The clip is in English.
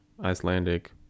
Icelandic